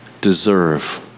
deserve